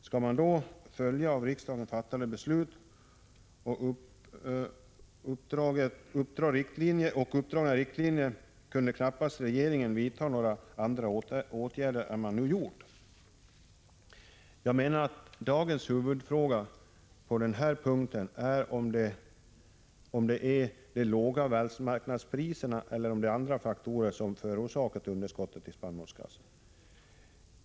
Skall men då följa av riksdagen fattade beslut och uppdragna riktlinjer kunde knappast regeringen vidta några andra åtgärder än man nu gjort. Jag menar att dagens huvudfråga på den här punkten är om det är de låga världsmarknadspriserna eller om det är andra faktorer som förorsakat underskottet i spannmålskassan.